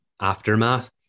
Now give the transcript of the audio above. aftermath